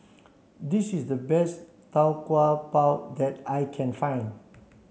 this is the best Tau Kwa Pau that I can find